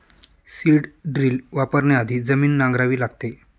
seed drill वापरण्याआधी जमीन नांगरावी लागते